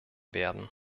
werden